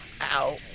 ow